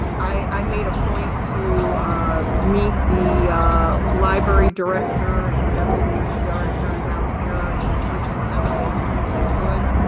i made a point to meet the library director, and deputy director down here in richland county as soon as i could.